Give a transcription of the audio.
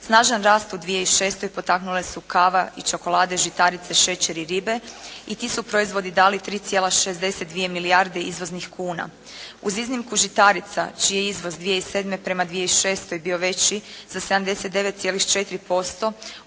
Snažan rast u 2006. potaknule su kava i čokolade, žitarice, šećer i ribe i tu su proizvodi dali 3,62 milijarde izvoznih kuna. Uz iznimku žitarica čiji je izvoz 2007. prema 2006. bio veći za 79,4%